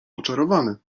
oczarowany